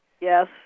Yes